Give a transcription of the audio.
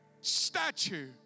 statue